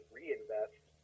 reinvest